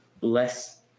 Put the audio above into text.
less